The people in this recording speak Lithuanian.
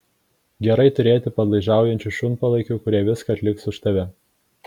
gerai turėti padlaižiaujančių šunpalaikių kurie viską atliks už tave